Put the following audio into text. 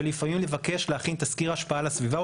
ולפעמים לבקש להכין תזכיר השפעה על הסביבה,